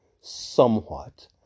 somewhat